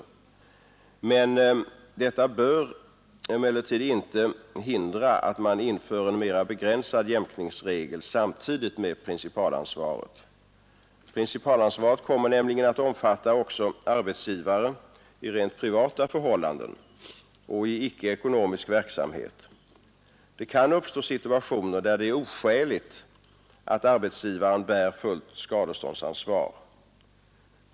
Men detta bör inte hindra att man inför en mera begränsad jämkningsregel samtidigt med principalansvaret. Principalansvaret kommer nämligen också att omfatta arbetsgivare i rent privata förhållanden och i icke ekonomisk verksamhet. Det kan uppstå situationer där det är oskäligt att arbetsgivaren bär fullt skadeståndsansvar.